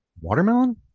Watermelon